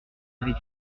avait